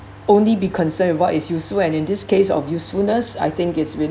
only be concerned what is useful and in this case of usefulness I think it's